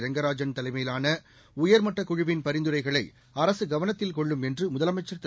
ரெங்கராஜன் தலைமையிலான உயர்மட்டக் குழுவின் பரிந்துரைகளை அரசு கவனத்தில் கொள்ளும் என்று முதலமைச்சர் திரு